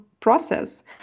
Process